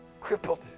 Crippled